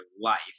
life